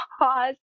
pause